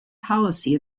policy